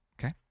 okay